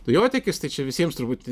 dujotiekis tai čia visiems turbūt